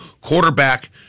quarterback